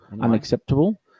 Unacceptable